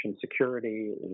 security